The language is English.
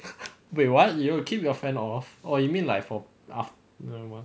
wait what you keep your fan off or you mean like for afternoon [one]